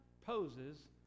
poses